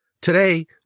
Today